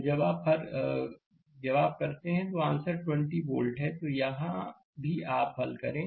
तो जब आप कर रहे हैं औरआंसर 20 वोल्ट है तो यहाँ भी आप हल करें